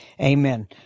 Amen